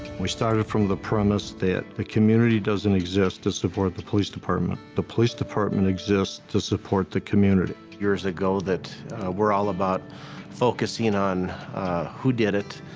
we started from the premise that the community doesn't exist to support the police department the police department exists to support the community. years ago that we're all about focusing on who did it,